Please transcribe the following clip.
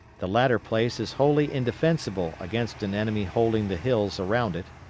the latter place is wholly indefensible against an enemy holding the hills around it.